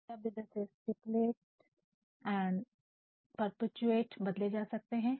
इसलिए शब्द जैसे 'स्टीपुलटेस' और 'परपेचुएट' बदले जा सकते हैं